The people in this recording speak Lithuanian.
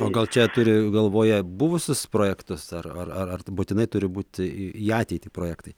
o gal čia turi galvoje buvusius projektus ar ar būtinai turi būti į ateitį projektai